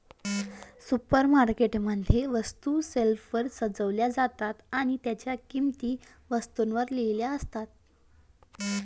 supermarket मध्ये, वस्तू शेल्फवर सजवल्या जातात आणि त्यांच्या किंमती वस्तूंवर लिहिल्या जातात